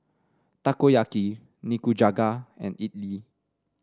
Takoyaki Nikujaga and Idili